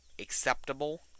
acceptable